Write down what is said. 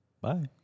Bye